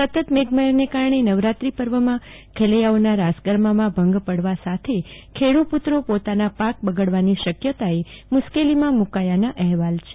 સતત મેઘરાજાને કારણે નવરાત્રી પર્વમાં ખેલેયાઓના રાસગરબામાં ભંગ પડવા સાથે ખેડપુત્રો પોતાના પાક બગડવાની શક્યાતાઓ મુશ્કેલીમાં મુકાયાના અહેવાલ છે